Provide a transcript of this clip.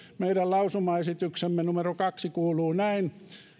meidän lausumaesityksemme numero kaksi kuuluu näin